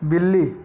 बिल्ली